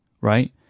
right